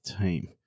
team